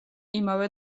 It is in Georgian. იმავე